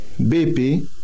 BP